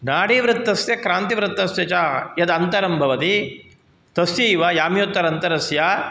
नाडीवृत्तस्य क्रान्तिवृत्तस्य च यद् अन्तरं भवति तस्यैव याम्योत्तरन्तरस्य